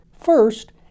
First